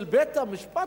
של בית-המשפט,